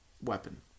weapon